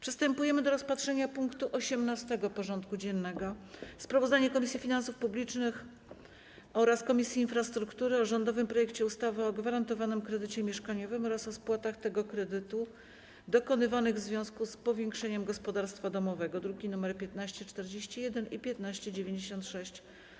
Przystępujemy do rozpatrzenia punktu 18. porządku dziennego: Sprawozdanie Komisji Finansów Publicznych oraz Komisji Infrastruktury o rządowym projekcie ustawy o gwarantowanym kredycie mieszkaniowym oraz o spłatach tego kredytu dokonywanych w związku z powiększeniem gospodarstwa domowego (druki nr 1541 i 1596)